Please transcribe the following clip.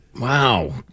Wow